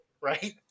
right